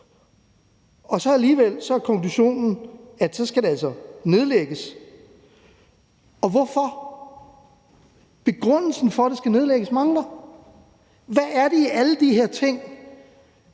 til. Alligevel er konklusionen, at det altså skal nedlægges. Hvorfor skal det det? Begrundelsen for, at det skal nedlægges mangler. Hvad er det i alle de her ting,